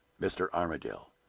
mr. armadale.